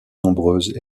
nombreuses